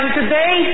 today